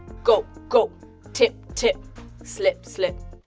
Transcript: goat, goat tip, tip slip, slip